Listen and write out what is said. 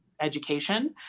education